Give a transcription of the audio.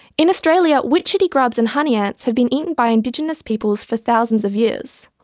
in australia, witchetty grubs and honey ants have been eaten by indigenous peoples for thousands of years.